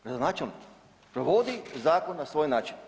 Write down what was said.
Gradonačelnik provodi zakon na svoj način.